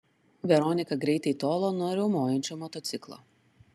veronika greitai tolo nuo riaumojančio motociklo